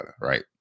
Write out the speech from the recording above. Right